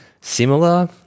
similar